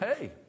hey